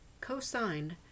co-signed